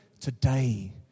Today